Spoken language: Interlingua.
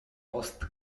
post